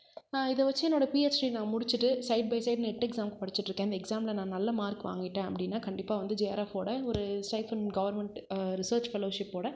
இதை வச்சி என்னோட பிஹச்டி நான் முடிச்சிவிட்டு சைட் பை சைட் நெட் எக்ஸாம்க்கு படிச்சிட்டுருக்கேன் இந்த எக்ஸாம்மில் நான் நல்ல மார்க் வாங்கிவிட்டேன் அப்படினா கண்டிப்பாக வந்து ஜெஆர்எஃப்போட ஒரு ஸ்டைஃபன் கவர்மெண்ட் ரிசர்ச் ஃபெலோஷிப்போட